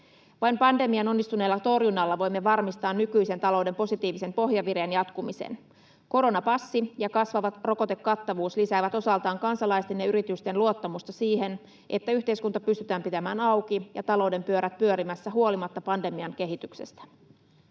Vain pandemian onnistuneella torjunnalla voimme varmistaa nykyisen talouden positiivisen pohjavireen jatkumisen. Koronapassi ja kasvava rokotekattavuus lisäävät osaltaan kansalaisten ja yritysten luottamusta siihen, että yhteiskunta pystytään pitämään auki ja talouden pyörät pyörimässä huolimatta pandemian kehityksestä.